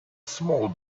small